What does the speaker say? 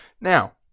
Now